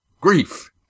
grief